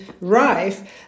rife